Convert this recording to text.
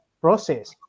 process